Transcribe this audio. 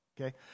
Okay